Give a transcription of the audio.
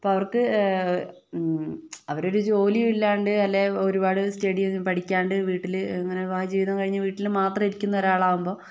അപ്പൊൾ അവർക്ക് അവരൊരു ജോലിയും ഇല്ലാണ്ട് അല്ലേൽ ഒരുപാട് സ്റ്റഡി പഠിക്കാണ്ട് വീട്ടില് അങ്ങനെ ആജീവനാന്തം വീട്ടില് ഇരിക്കുന്ന ഒരാളാകുമ്പോൾ